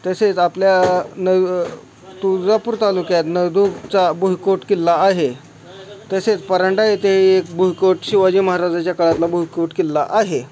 तसेच आपल्या न तुळजापूर तालुक्यात नळदुर्गचा भुईकोट किल्ला आहे तसेच परांडा येथे एक भुईकोट शिवाजी महाराजाच्या काळातला भुईकोट किल्ला आहे